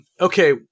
Okay